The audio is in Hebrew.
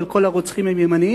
אבל כל הרוצחים הם ימניים?